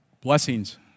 blessings